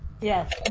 Yes